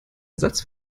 ersatz